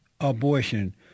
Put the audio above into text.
abortion